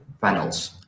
panels